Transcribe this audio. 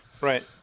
Right